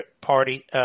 Party